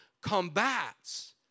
combats